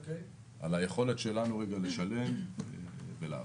על היכולת שלנו לשלם ולעבוד.